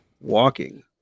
walking